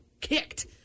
kicked